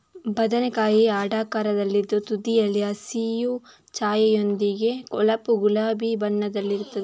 ಬದನೆಕಾಯಿ ಅಂಡಾಕಾರದಲ್ಲಿದ್ದು ತುದಿಯಲ್ಲಿ ಹಸಿರು ಛಾಯೆಯೊಂದಿಗೆ ಹೊಳಪು ಗುಲಾಬಿ ಬಣ್ಣದಲ್ಲಿರುತ್ತದೆ